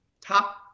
top